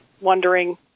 wondering